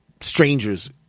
Strangers